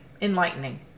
enlightening